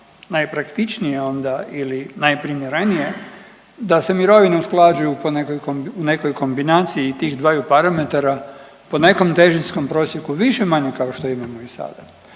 najpraktičnije onda ili najprimjerenije da se mirovine usklađuju po nekoj, u nekoj kombinaciji tih dvaju parametara, po nekom težinskom prosjeku više-manje kao što imamo i sada.